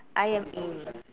I am in